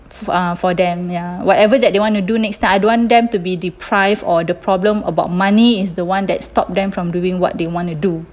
uh for them ya whatever that you wanna do next time I don't want them to be deprived or the problem about money is the one that stop them from doing what they wanna do